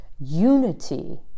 Unity